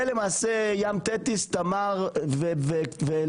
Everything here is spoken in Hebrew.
זה למעשה ים תטיס, תמר ולווייתן.